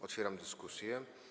Otwieram dyskusję.